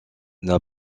n’a